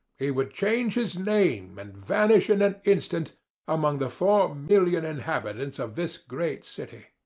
he would change his name, and vanish in an instant among the four million inhabitants of this great city.